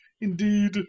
Indeed